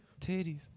Titties